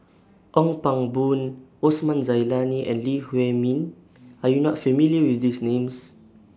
Ong Pang Boon Osman Zailani and Lee Huei Min Are YOU not familiar with These Names